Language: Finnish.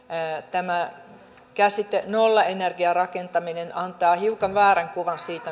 tämä käsite nollaenergiarakentaminen antaa hiukan väärän kuvan siitä